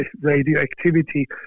radioactivity